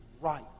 right